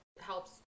helps